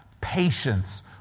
patience